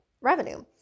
revenue